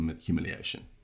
humiliation